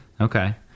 okay